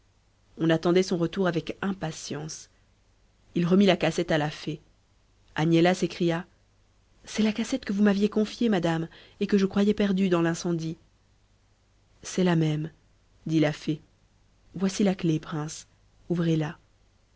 on attendait son retour avec impatience il remit la cassette à la fée agnella s'écria c'est la cassette que vous m'aviez confiée madame et que je croyais perdue dans l'incendie c'est la même dit la fée voici la clef prince ouvrez-la